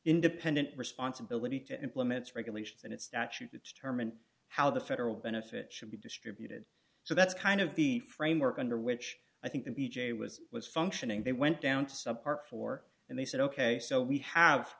independent responsibility to implements regulations and it's statute determine how the federal benefit should be distributed so that's kind of the framework under which i think the b j was was functioning they went down to sub par four and they said ok so we have